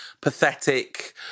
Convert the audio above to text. pathetic